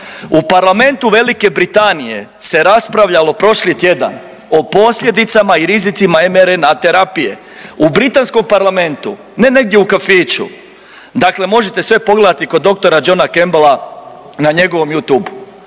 U parlamentu Velike Britanije se raspravljalo prošli tjedan o posljedicama i rizicima MRNA terapije. U britanskom parlamentu ne negdje u kafiću. Dakle, možete sve pogledati kod doktora Johna Campbella na njegovom Youtube-u.